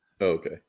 Okay